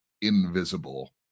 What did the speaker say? invisible